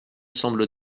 semble